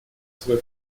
свой